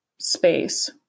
space